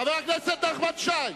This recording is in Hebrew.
חבר הכנסת נחמן שי.